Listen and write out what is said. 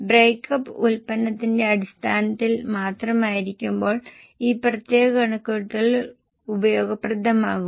breakup ഉൽപ്പന്നത്തിന്റെ അടിസ്ഥാനത്തിൽ മാത്രമായിരിക്കുമ്പോൾ ഈ പ്രത്യേക കണക്കുകൂട്ടൽ ഉപയോഗപ്രദമാകും